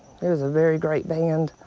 there's a very great band.